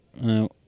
no